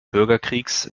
bürgerkriegs